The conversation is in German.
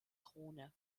krone